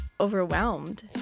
overwhelmed